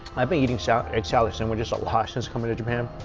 i've been eating salads, egg salad sandwiches a lot since coming to japan.